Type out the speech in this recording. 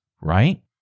right